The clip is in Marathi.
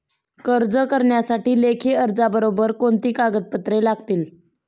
कर्ज करण्यासाठी लेखी अर्जाबरोबर कोणती कागदपत्रे लागतील?